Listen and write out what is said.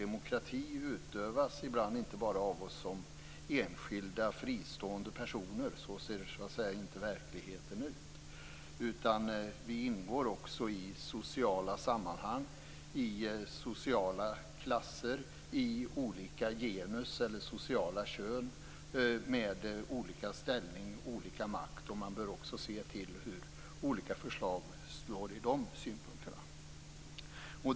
Demokrati utövas ibland av oss inte enbart som enskilda och fristående personer. Så ser inte verkligheten ut. Vi ingår också i sociala sammanhang, i sociala klasser och i olika genus eller sociala kön med olika ställning och olika makt. Man bör också se till hur olika förslag slår med avseende på detta.